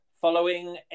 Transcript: Following